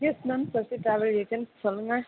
S ma'am Sasi travel agents சொல்லுங்கள்